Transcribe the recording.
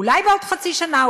אולי בעוד חצי שנה,